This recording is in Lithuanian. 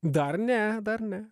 dar ne dar ne